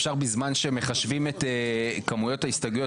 אפשר בזמן שהם מחשבים את כמויות ההסתייגויות